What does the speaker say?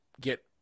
get